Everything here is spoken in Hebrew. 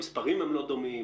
המספרים הם לא דומים,